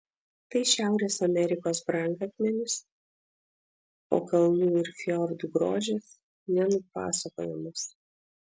tai šiaurės amerikos brangakmenis o kalnų ir fjordų grožis nenupasakojamas